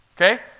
Okay